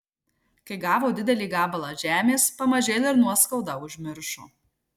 kai gavo didelį gabalą žemės pamažėl ir nuoskaudą užmiršo